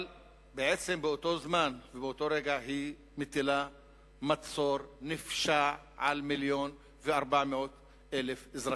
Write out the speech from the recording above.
אבל באותו זמן ובאותו רגע היא מטילה מצור נפשע על 1.4 מיליון אזרחים,